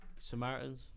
samaritans